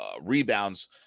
rebounds